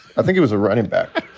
i think it was a running back.